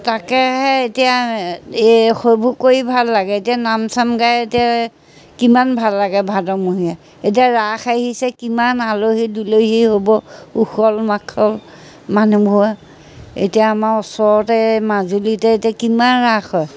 তাকেহে এতিয়া এই সেইবোৰ কৰি ভাল লাগে এতিয়া নাম চাম গাই এতিয়া কিমান ভাল লাগে ভাদমহীয়া এতিয়া ৰাস আহিছে কিমান আলহী দুলহী হ'ব উশল মাখল মানুহবোৰৰ এতিয়া আমাৰ ওচৰতে এই মাজুলীতে এতিয়া কিমান ৰাস হয়